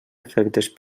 efectes